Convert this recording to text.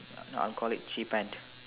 no I'll call it cheephant